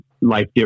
life